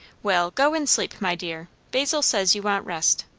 well, go and sleep, my dear. basil says you want rest.